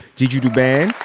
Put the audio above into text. gigi douban